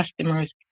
customers